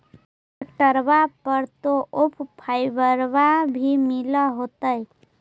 ट्रैक्टरबा पर तो ओफ्फरबा भी मिल होतै?